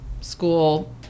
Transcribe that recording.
school